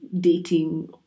dating